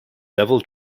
devil